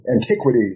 antiquity